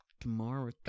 tomorrow